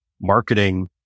marketing